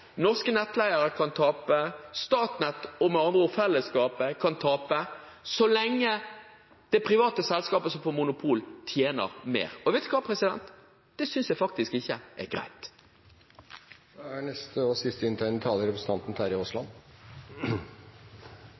norske nettleiere kan tape, Statnett – med andre ord fellesskapet – kan tape så lenge det private selskapet som får monopol, tjener mer. Det synes jeg faktisk ikke er greit. Jeg synes det er litt påfallende at både Høyre og